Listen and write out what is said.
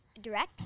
direct